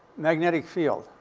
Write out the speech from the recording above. magnetic field.